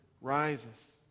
rises